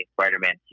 Spider-Man